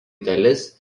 dalis